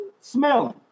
smelling